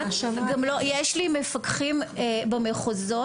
גם יש לי מפקחים במחוזות,